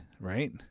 right